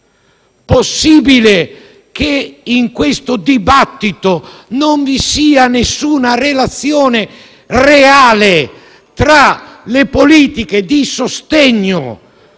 Possibile che in questo dibattito non vi sia nessuna relazione reale tra le politiche di sostegno